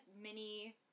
mini